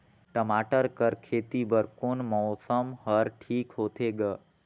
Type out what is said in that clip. टमाटर कर खेती बर कोन मौसम हर ठीक होथे ग?